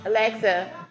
Alexa